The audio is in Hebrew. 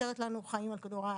שמאפשרת לנו חיים על כדור הארץ.